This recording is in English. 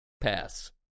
Pass